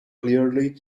clearly